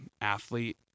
athlete